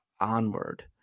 onward